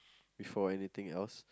before anything else